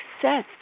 success